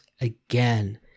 again